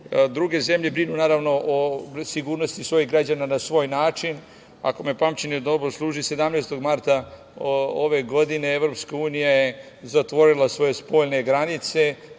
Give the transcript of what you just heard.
druge zemlje brinu o sigurnosti svojih građana na svoj način. Ako me pamćenje dobro služi 17. marta ove godine Evropska unija je zatvorila svoje spoljne granice